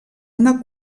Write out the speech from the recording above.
una